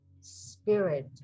spirit